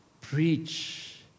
preach